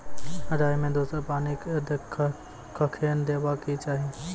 राई मे दोसर पानी कखेन देबा के चाहि?